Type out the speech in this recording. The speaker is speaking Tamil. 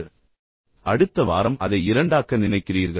ஒரு வாரத்திற்குப் பிறகு நீங்கள் அதை இரண்டாக ஆக்கலாம் என்று நினைக்கிறீர்கள்